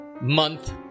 month